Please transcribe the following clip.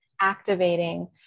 activating